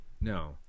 No